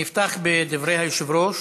אני אפתח בדברי היושב-ראש